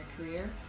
career